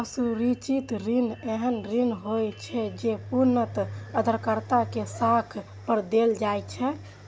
असुरक्षित ऋण एहन ऋण होइ छै, जे पूर्णतः उधारकर्ता के साख पर देल जाइ छै